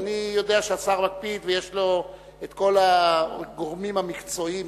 כי אני יודע שהשר מקפיד ויש לו את כל הגורמים המקצועיים,